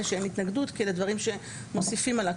שאין התנגדות כי אלה דברים שמוסיפים על הקיים.